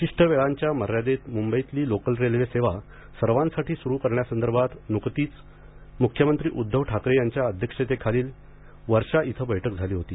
विशिष्ट वेळांच्या मर्यादेत मुंबईतली लोकलरेल्वे सेवा सर्वांसाठी सुरु करण्यासंदर्भात नुकतीच मुख्यमंत्री उद्दव ठाकरे यांच्या अध्यक्षतेखाली वर्षा येथे बैठक झाली होती